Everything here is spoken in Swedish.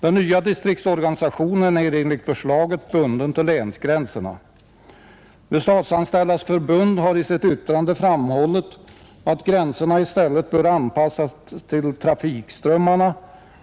Den nya distriktsorganisationen är enligt förslaget bunden till länsgränserna. Statsanställdas förbund har i sitt yttrande framhållit att gränserna i stället bör anpassas till trafikströmmarna